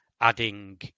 adding